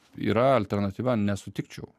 yra alternatyva nesutikčiau